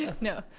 no